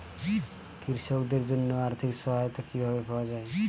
কৃষকদের জন্য আর্থিক সহায়তা কিভাবে পাওয়া য়ায়?